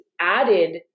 added